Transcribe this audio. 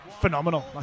Phenomenal